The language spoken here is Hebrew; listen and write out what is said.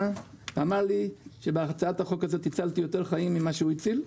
שאמר לי שבהצעת החוק הזו הצלתי יותר חיים ממה שהוא הציל.